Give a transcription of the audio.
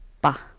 bah!